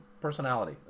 personality